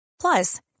plus